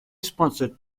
sponsored